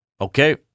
okay